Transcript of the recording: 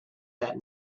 that